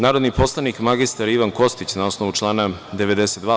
Narodni poslanik mr Ivan Kostić, na osnovu člana 92.